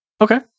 Okay